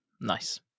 nice